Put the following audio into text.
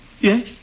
Yes